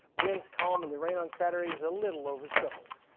winds calm and the rain on saturday is a little oversold.